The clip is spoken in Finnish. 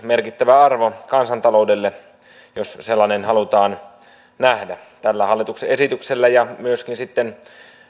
merkittävä arvo myös kansantaloudelle jos sellainen halutaan nähdä tällä hallituksen esityksellä ja myöskin sitten